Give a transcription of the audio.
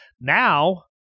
Now